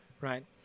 right